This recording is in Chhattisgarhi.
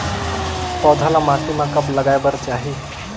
पौधा ल माटी म कब लगाए बर चाही?